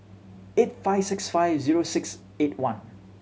eight five six five zero six eight one